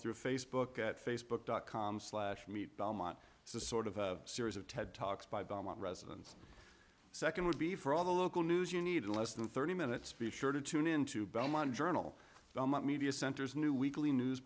through facebook at facebook dot com slash meet belmont sort of a series of ted talks by belmont residents second would be for all the local news you need less than thirty minute speech sure to tune in to belmont journal media centers new weekly news